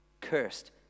Cursed